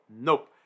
nope